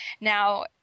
Now